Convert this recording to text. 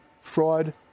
fraud